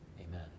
amen